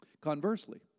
conversely